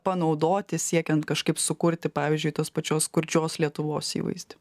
panaudoti siekiant kažkaip sukurti pavyzdžiui tos pačios kurčios lietuvos įvaizdį